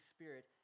Spirit